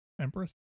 Empress